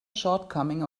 shortcoming